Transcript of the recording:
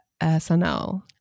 SNL